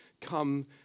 come